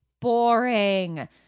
Boring